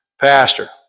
pastor